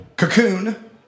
Cocoon